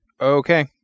Okay